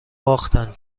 باختن